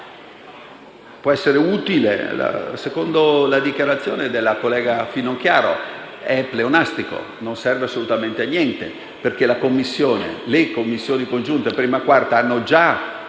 Può essere utile ma, secondo la dichiarazione della collega Finocchiaro, è pleonastico e non serve assolutamente a niente, perché le Commissioni riunite 1a e 4a hanno già